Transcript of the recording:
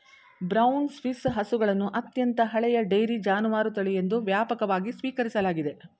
brown Swiss ಹಸುಗಳನ್ನು ಅತ್ಯಂತ ಹಳೆಯ ಡೈರಿ ಜಾನುವಾರು ತಳಿ ಎಂದು ವ್ಯಾಪಕವಾಗಿ ಸ್ವೀಕರಿಸಲಾಗಿದೆ